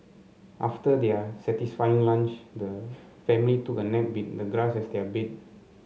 after their satisfying lunch the family took a nap with the grass as their bed